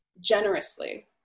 generously